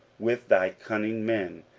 with thy cunning men,